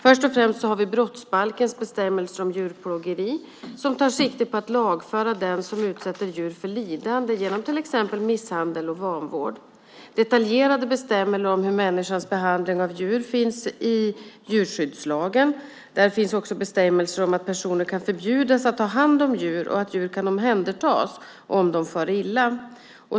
Först och främst har vi brottsbalkens bestämmelse om djurplågeri, som tar sikte på att lagföra den som utsätter djur för lidande genom till exempel misshandel och vanvård. Detaljerade bestämmelser om människans behandling av djur finns i djurskyddslagen. Där finns också bestämmelser om att personer kan förbjudas att ha hand om djur och att djur kan omhändertas om de far illa.